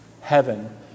Heaven